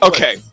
Okay